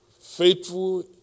faithful